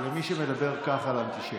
בושה למי שמדבר כך על אנטישמיות.